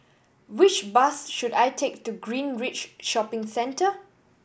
which bus should I take to Greenridge Shopping Centre